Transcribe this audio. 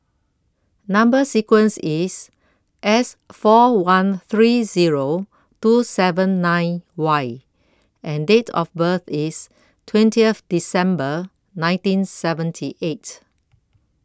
Number sequence IS S four one three Zero two seven nine Y and Date of birth IS twentieth December nineteen seventy eight